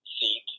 seat